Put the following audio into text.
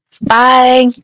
Bye